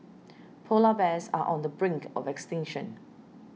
Polar Bears are on the brink of extinction